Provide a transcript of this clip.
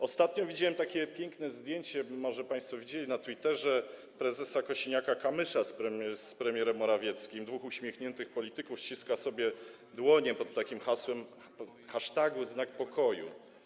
Ostatnio widziałem takie piękne zdjęcie, może państwo widzieli na Twitterze, prezesa Kosiniaka-Kamysza z premierem Morawieckim: dwóch uśmiechniętych polityków ściska sobie dłonie pod takim hasłem, hasztagiem Znak Pokoju.